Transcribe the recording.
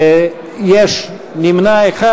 נמנע אחד.